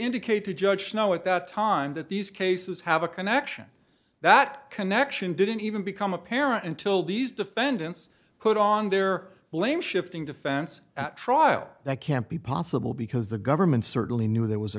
indicate to judge no at that time that these cases have a connection that connection didn't even become apparent until these defendants put on their blame shifting defense at trial that can't be possible because the government certainly knew there was a